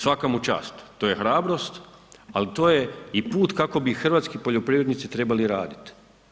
Svaka mu čast, to je hrabrost, ali to je i put kako bi hrvatski poljoprivrednici trebali raditi.